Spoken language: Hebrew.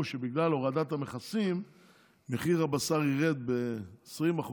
שבגלל הורדת המכסים מחיר הבשר ירד ב-20%,